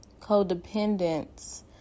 codependence